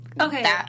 Okay